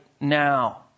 now